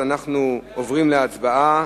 אנחנו עוברים להצבעה.